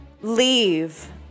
leave